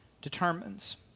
determines